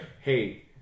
Hey